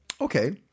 Okay